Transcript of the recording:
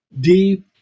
deep